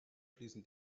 fließen